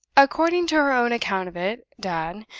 according her own account of it, dad,